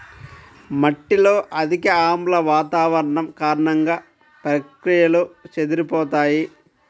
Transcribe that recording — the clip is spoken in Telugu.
మట్టిలో అధిక ఆమ్ల వాతావరణం కారణంగా, ప్రక్రియలు చెదిరిపోతాయి